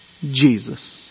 Jesus